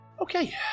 Okay